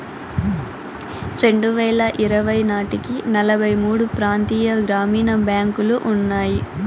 రెండువేల ఇరవై నాటికి నలభై మూడు ప్రాంతీయ గ్రామీణ బ్యాంకులు ఉన్నాయి